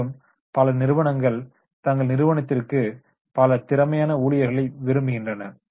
மேலும் பல நிறுவனங்கள் தங்கள் நிறுவனத்திற்கு பல திறமையான ஊழியர்களை விரும்புகின்றன